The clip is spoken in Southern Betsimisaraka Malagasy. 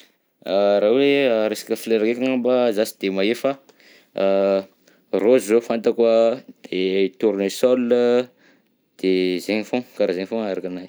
Raha hoe resaka folera heky angamba za tsy de mahay fa raozy zao fantako an, de tournesol an de zegny foagna, karaha zegny foagna araka aminay.